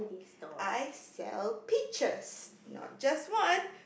I sell peaches not just one